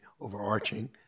overarching